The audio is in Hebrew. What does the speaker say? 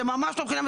זה ממש לא בחינם,